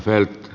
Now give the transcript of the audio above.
hävetkää